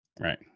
Right